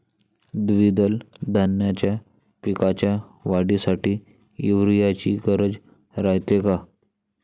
द्विदल धान्याच्या पिकाच्या वाढीसाठी यूरिया ची गरज रायते का?